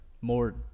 more